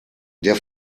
der